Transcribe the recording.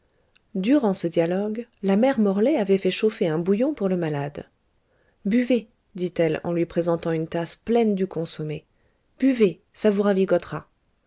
durant ce dialogue la mère morlaix avait fait chauffer un bouillon pour le malade buvez dit-elle en lui présentant une tasse pleine du consommé buvez ça vous